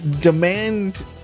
demand